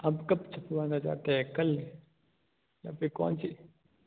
अब कब छपवाना चाहते है कल या फिर कौन सी